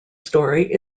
story